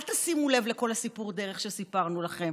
אל תשימו לב לכל סיפור דרך שסיפרנו לכם.